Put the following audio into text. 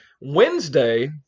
Wednesday